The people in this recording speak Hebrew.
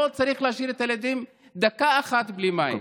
לא צריך להשאיר את הילדים דקה אחת בלי מים.